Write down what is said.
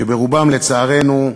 שרובם, לצערנו,